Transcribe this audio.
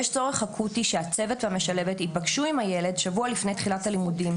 יש צורך אקוטי שהצוות והמשלבת ייפגשו עם הילד שבוע לפני תחילת הלימודים,